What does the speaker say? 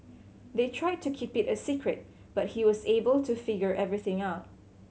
they tried to keep it a secret but he was able to figure everything out